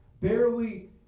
barely